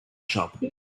shop